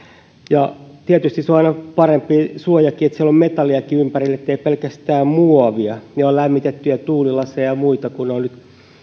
tietysti se on aina parempi suoja että siellä on metalliakin ympärillä eikä pelkästään muovia ja on lämmitettyjä tuulilaseja ja muita ne ovat nyt